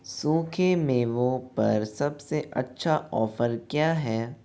सूखे मेवों पर सबसे अच्छा ऑफर क्या है